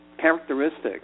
characteristics